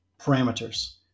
parameters